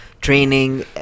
Training